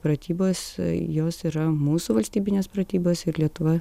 pratybos jos yra mūsų valstybinės pratybos ir lietuva